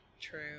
True